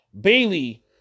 Bailey